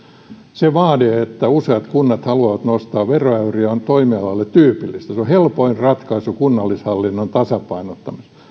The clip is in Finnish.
se vaade että useat kunnat haluavat nostaa veroäyriä on toimialalle tyypillistä se on helpoin ratkaisu kunnallishallinnon tasapainottamiseen